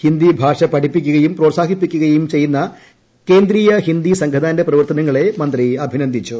ഹിന്ദിഭാഷ പഠിപ്പിക്കുകയും പ്രോത്സാഹിപ്പിക്കുകയും ചെയ്യുന്ന കേന്ദ്രീയ ഹിന്ദി സംഘഥാന്റെ പ്രവർത്തനങ്ങളെ മന്ത്രി അഭിനന്ദിച്ചു